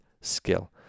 skill